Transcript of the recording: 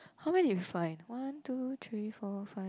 how many did we find one two three four five